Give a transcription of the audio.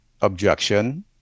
objection